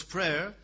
Prayer